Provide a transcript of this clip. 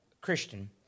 Christian